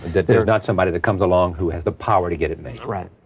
that there's not somebody that comes along who has the power to get it made. right.